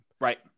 Right